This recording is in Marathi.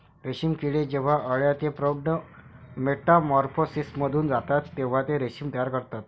रेशीम किडे जेव्हा अळ्या ते प्रौढ मेटामॉर्फोसिसमधून जातात तेव्हा ते रेशीम तयार करतात